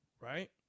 Right